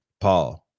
Paul